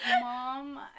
mom